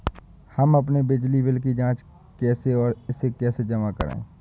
हम अपने बिजली बिल की जाँच कैसे और इसे कैसे जमा करें?